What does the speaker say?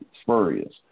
spurious